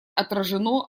отражено